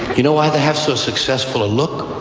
you know why they have so successful a look?